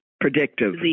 predictive